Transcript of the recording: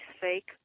fake